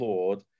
Lord